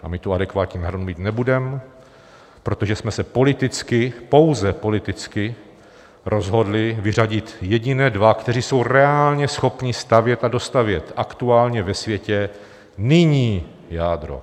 A my adekvátní náhradu mít nebudeme, protože jsme se politicky, pouze politicky, rozhodli vyřadit jediné dva, kteří jsou reálně schopni stavět a dostavět aktuálně ve světě nyní jádro.